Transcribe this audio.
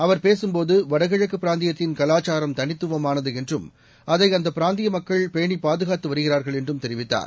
அவர்பேசும்போது வடகிழக்குபிராந்தியத்தின்கலாச்சாரம்தனித்துவமானது என்றும் அதைஅந்தப்பிராந்தியமக்கள்பேணிபாதுகாத்துவருகி றார்கள்என்றும்தெரிவித்தார்